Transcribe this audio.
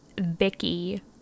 Vicky